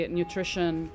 nutrition